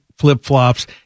flip-flops